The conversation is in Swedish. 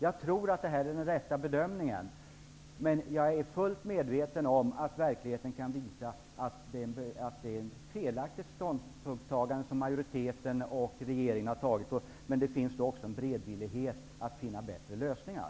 Jag tror att det här är den rätta bedömningen, men jag är fullt medveten om att verkligheten kan visa att det är en felaktig ståndpunkt som majoriteten och regeringen har intagit. Det finns då också en beredvillighet att finna bättre lösningar.